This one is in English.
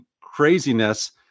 craziness